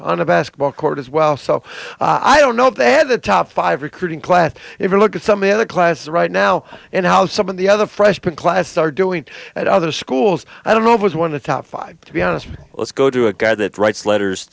on a basketball court as well so i don't know if they had the top five recruiting class if you look at some of the class right now and how some of the other freshman class are doing at other schools i don't know if was one of the top five to be honest let's go to a guy that writes letters